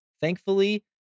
thankfully